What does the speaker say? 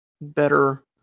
better